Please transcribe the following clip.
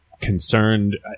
concerned